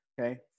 okay